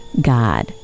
god